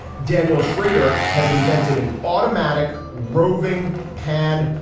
daniel schrader has invented an automatic roving pan.